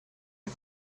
you